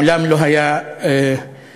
מעולם לא היה שוטר.